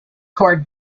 cord